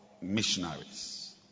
missionaries